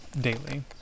daily